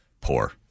poor